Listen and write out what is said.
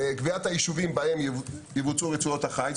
קביעת היישובים בהם יבוצעו רצועות החיץ.